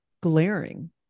glaring